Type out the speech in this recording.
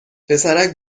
پسرک